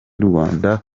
rwanda